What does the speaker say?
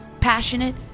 passionate